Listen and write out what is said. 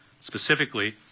Specifically